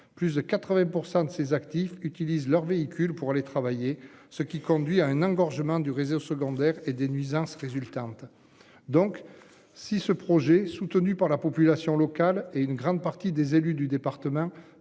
plus de 80% de ses actifs utilisent leur véhicule pour aller travailler, ce qui conduit à un engorgement du réseau secondaire et des nuisances résultante. Donc si ce projet soutenu par la population locale et une grande partie des élus du département